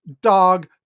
dog